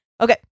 Okay